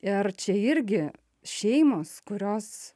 ir čia irgi šeimos kurios